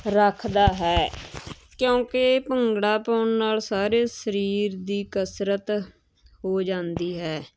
ਰੱਖਦਾ ਹੈ ਕਿਉਂਕਿ ਭੰਗੜਾ ਪਾਉਣ ਨਾਲ ਸਾਰੇ ਸਰੀਰ ਦੀ ਕਸਰਤ ਹੋ ਜਾਂਦੀ ਹੈ